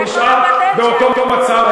זה נשאר באותו מצב.